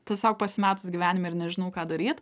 tiesiog pasimetus gyvenime ir nežinau ką daryt